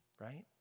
Right